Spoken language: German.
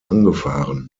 angefahren